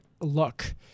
look